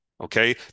okay